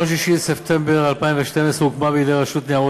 ביום 6 בספטמבר 2012 הוקמה בידי הרשות לניירות